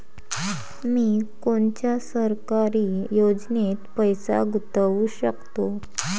मी कोनच्या सरकारी योजनेत पैसा गुतवू शकतो?